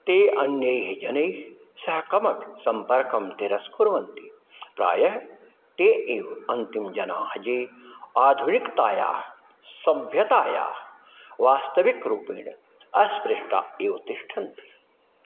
ते अन्यैः जनैः सह कमपि सम्पर्कं तिरस्कुर्वन्ति प्रायः ते एव अन्तिमजनाः ये आधुनिकतायाः सभ्यतायाः वास्तविकरुपेण अस्पृष्टाः एव तिष्ठन्ति